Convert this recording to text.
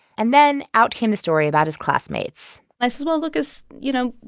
and then out came the story about his classmates i said, well, lucas, you know,